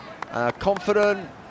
confident